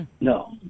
No